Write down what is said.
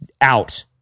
out